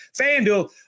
FanDuel